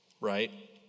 right